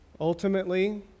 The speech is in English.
ultimately